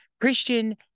Christian